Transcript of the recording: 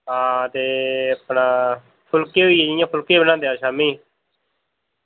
हां ते अपना फुल्के होइये जियां फुल्के बनांदे अस शाम्मी